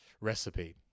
recipe